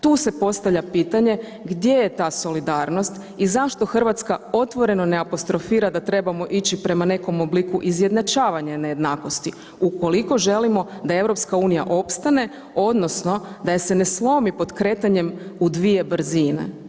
Tu se postavlja pitanje gdje je ta solidarnost i zašto Hrvatska otvoreno ne apostrofira da trebamo ići prema nekom obliku izjednačavanja nejednakosti ukoliko želimo da EU opstane odnosno da je se ne slomi pod kretanjem u dvije brzine.